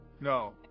No